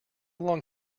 long